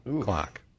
clock